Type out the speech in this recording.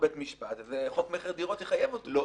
לבית משפט וחוק מכר דירות יחייב אותם.